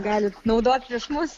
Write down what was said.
galit naudot prieš mus